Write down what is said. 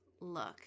look